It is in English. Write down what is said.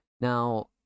now